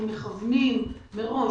אנחנו מכוונים מראש,